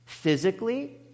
Physically